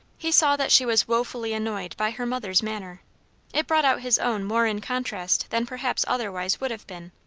he saw that she was wofully annoyed by her mother's manner it brought out his own more in contrast than perhaps otherwise would have been.